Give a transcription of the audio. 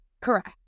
Correct